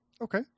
Okay